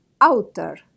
outer